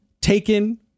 taken